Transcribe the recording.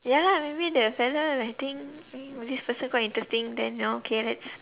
ya lah maybe the fella might think this person quite interesting then okay let's